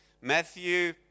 Matthew